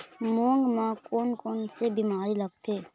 मूंग म कोन कोन से बीमारी लगथे?